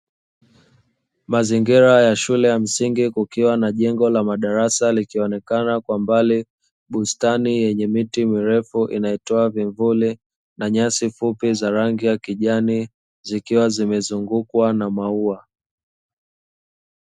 Mazingira ya shule ya msingi, kukiwa na jengo la madarasa likionekana kwa mbali. Bustani yenye miti mirefu inayotoa vivuli na nyasi fupi za rangi ya kijani zikiwa zimezungukwa na maua.